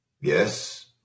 Yes